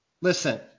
Listen